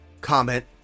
comment